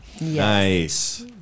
Nice